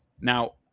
Now